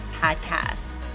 Podcast